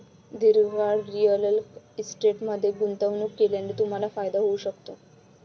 दीर्घकाळ रिअल इस्टेटमध्ये गुंतवणूक केल्याने तुम्हाला फायदा होऊ शकतो